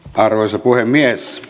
arvoisa puhemies